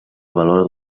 valor